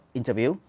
interview